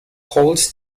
holds